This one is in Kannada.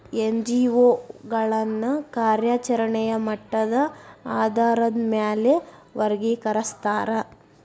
ಎನ್.ಜಿ.ಒ ಗಳನ್ನ ಕಾರ್ಯಚರೆಣೆಯ ಮಟ್ಟದ ಆಧಾರಾದ್ ಮ್ಯಾಲೆ ವರ್ಗಿಕರಸ್ತಾರ